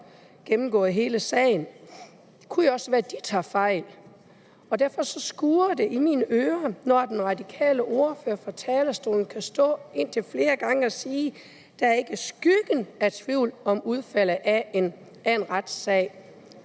gennemgået hele sagen. Det kunne jo også være, at de tager fejl, og derfor skurrer det i mine ører, når den radikale ordfører kan stå på talerstolen og sige indtil flere gange: Der er ikke skyggen af tvivl om udfaldet af en retssag.